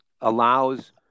allows